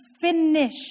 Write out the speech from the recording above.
finish